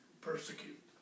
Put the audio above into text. persecute